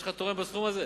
יש לך תורם בסכום הזה?